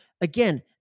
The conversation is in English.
Again